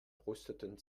prosteten